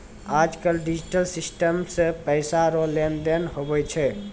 आज कल digital system से पैसा रो लेन देन हुवै छै